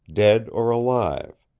dead or alive.